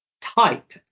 type